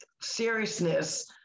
seriousness